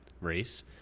race